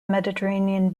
mediterranean